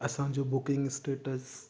असांजो booking status